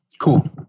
Cool